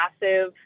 massive